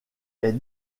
est